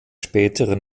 spätere